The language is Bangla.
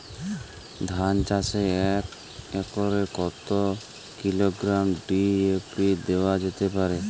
ধান চাষে এক একরে কত কিলোগ্রাম ডি.এ.পি দেওয়া যেতে পারে?